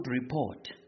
report